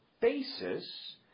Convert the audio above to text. basis